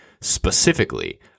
specifically